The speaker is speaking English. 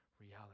reality